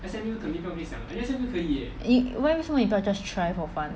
why 为什么你不要 just try for fun